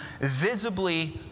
visibly